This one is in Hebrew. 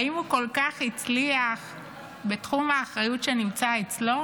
האם הוא כל כך הצליח בתחום האחריות שנמצא אצלו?